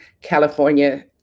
California